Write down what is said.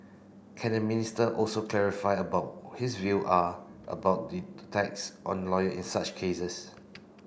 can the Minister also clarify about his view are about the attacks on lawyer in such cases